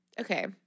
Okay